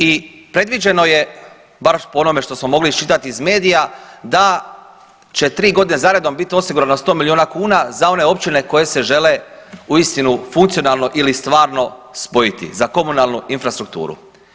I predviđeno je, bar po onome što smo mogli iščitati iz medija, da će 3.g. zaredom bit osigurano 100 milijuna kuna za one općine koje se žele uistinu funkcionalno ili stvarno spojiti za komunalnu infrastrukturu.